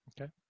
Okay